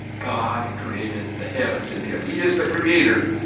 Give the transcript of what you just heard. god created the heavens and the earth. he is the creator.